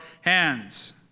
hands